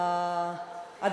בבקשה.